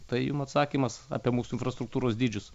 tai jum atsakymas apie mūsų infrastruktūros dydžius